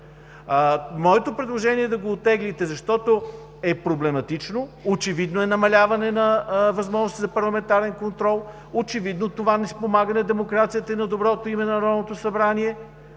Моето предложение е да го оттеглите, защото е проблематично, очевидно е намаляване на възможностите за парламентарен контрол, очевидно това не спомага на демокрацията и на доброто име на Народното събрание,